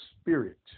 spirit